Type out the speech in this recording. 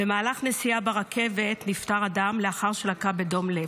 במהלך נסיעה ברכבת נפטר אדם לאחר שלקה בדום לב.